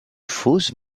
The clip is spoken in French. fosse